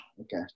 okay